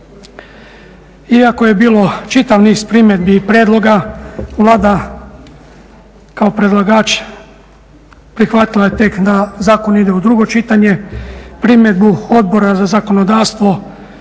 iako je bilo čitav niz primjedbi i prijedloga Vlada kao predlagač prihvatila je tek da zakon ide u drugo čitanje, primjedbu Odbora za zakonodavstvo